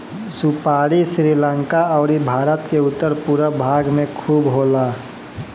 सुपारी श्रीलंका अउरी भारत के उत्तर पूरब भाग में खूब होला